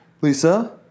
lisa